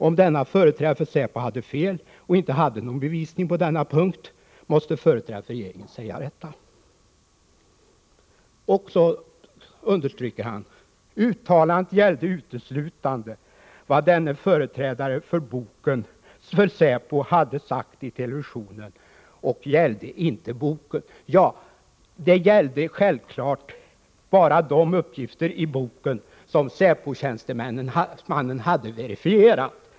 Om denna företrädare för SÄPO hade fel och inte hade någon bevisning på denna punkt ——— måste företrädare för regeringen säga detta.” Statsministern understryker att ”uttalandet gällde uteslutande vad denne företrädare för SÄPO hade sagt i televisionen och gällde inte boken.” Det som man måste gå ut och dementera var självfallet bara de uppgifter i boken som säpotjänstemannen hade verifierat.